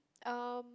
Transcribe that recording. um